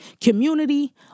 Community